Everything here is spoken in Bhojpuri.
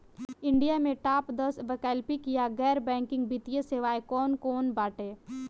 इंडिया में टाप दस वैकल्पिक या गैर बैंकिंग वित्तीय सेवाएं कौन कोन बाटे?